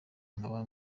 nkaba